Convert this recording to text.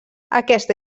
aquesta